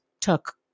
took